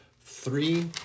three